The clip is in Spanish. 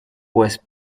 pues